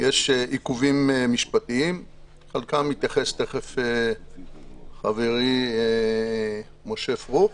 יש עיכובים משפטיים שלחלקם יתייחס משה פרוכט,